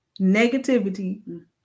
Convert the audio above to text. Negativity